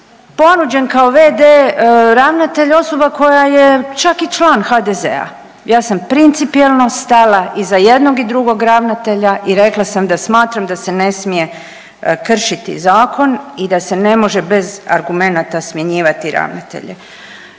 ponuđen kao v.d. ravnatelj osoba koja je čak i član HDZ-a. Ja sam principijelno stala iza jednog i drugog ravnatelja i rekla sam da smatram da se ne smije kršiti zakon i da se ne može bez argumenata smjenjivati ravnatelje.